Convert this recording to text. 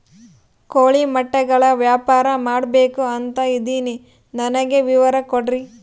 ಕೋಳಿ ಮೊಟ್ಟೆಗಳ ವ್ಯಾಪಾರ ಮಾಡ್ಬೇಕು ಅಂತ ಇದಿನಿ ನನಗೆ ವಿವರ ಕೊಡ್ರಿ?